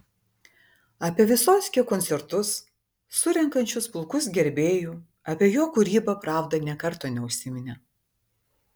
apie vysockio koncertus surenkančius pulkus gerbėjų apie jo kūrybą pravda nė karto neužsiminė